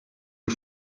you